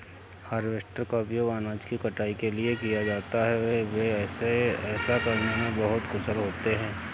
harvester का उपयोग अनाज की कटाई के लिए किया जाता है, वे ऐसा करने में बहुत कुशल होते हैं